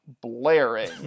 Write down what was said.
blaring